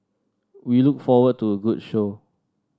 we look forward to a good show